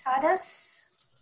Tadas